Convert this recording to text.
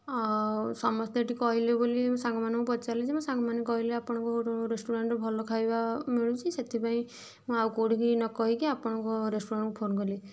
ଆଉ ସମସ୍ତେ ଏଠି କହିଲେ ବୋଲି ସାଙ୍ଗମାନଙ୍କୁ ପଚାରିଲି ଯେ ମୁଁ ସାଙ୍ଗମାନେ କହିଲେ ଆପଣଙ୍କ ରେଷ୍ଟୁରାଣ୍ଟ୍ରୁ ଭଲ ଖାଇବା ମିଳୁଛି ସେଥିପାଇଁ ମୁଁ ଆଉ କେଉଁଠିକି ନ କହିକି ଆପଣଙ୍କ ରେଷ୍ଟୁରାଣ୍ଟ୍କୁ ଫୋନ୍ କଲି